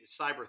cyber